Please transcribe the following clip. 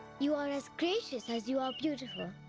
you are as gracious as you are beautiful.